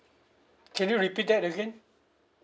can you repeat that again